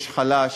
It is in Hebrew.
יש חלש,